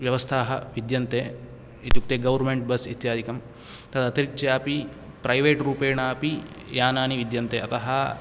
व्यवस्थाः विद्यन्ते इत्युक्ते गवर्मेण्ट् बस् इत्यादिकं तदतिरीच्यापि प्रैवेट् रूपेणऽपि यानानि विद्यन्ते अतः